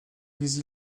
les